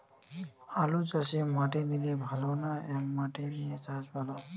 আলুচাষে মাটি দিলে ভালো না একমাটি দিয়ে চাষ ভালো?